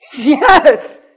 yes